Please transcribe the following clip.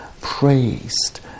praised